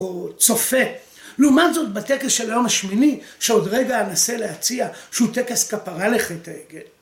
או צופה, לעומת זאת בטקס של היום השמיני שעוד רגע אנסה להציע שהוא טקס כפרה לחטא העגל.